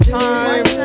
time